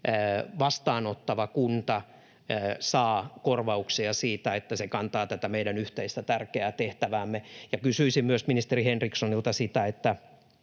vastaanottava kunta saa korvauksia siitä, että se kantaa tätä meidän yhteistä tärkeää tehtäväämme. Kysyisin myös ministeri Henrikssonilta sitä, onko